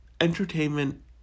entertainment